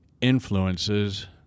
influences